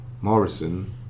Morrison